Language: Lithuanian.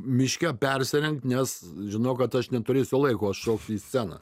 miške persirengt nes žinau kad aš neturėsiu laiko aš šoksiu į sceną